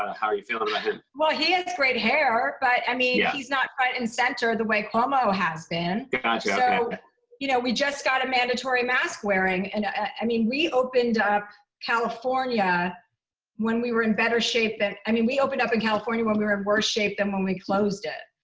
ah how are you feeling about him? well, he has great hair. but, i mean. yeah. he's not front-and-center the way cuomo has been. gotcha, okay. so you know, we just got a mandatory mask wearing. and i mean, we opened up california when we were in better shape and i mean, we opened up in california when we were in worse shape than when we closed it.